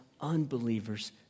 unbelievers